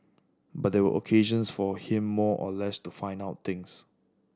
but they were occasions for him more or less to find out things